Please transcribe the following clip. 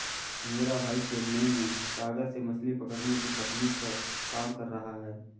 मेरा भाई चेन्नई में सागर से मछली पकड़ने की तकनीक पर काम कर रहा है